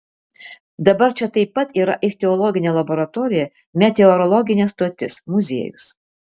dabar čia taip pat yra ichtiologinė laboratorija meteorologinė stotis muziejus